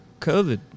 COVID